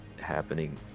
happening